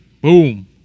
Boom